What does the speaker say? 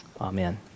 Amen